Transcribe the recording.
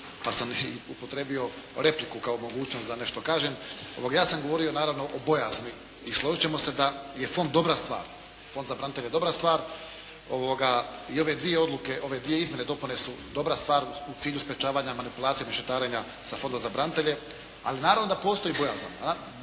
pa sam upotrijebio repliku kao mogućnost da nešto kažem. Ja sam govorio naravno o bojazni i složit ćemo se da je fond dobra stvar. Fond za branitelje je dobra stvar i ove dvije odluke, ove dvije izmjene i dopune su dobra stvar u cilju sprječavanja manipulacije i mešetarenja sa Fondom za branitelje. Ali naravno da postoji bojazan,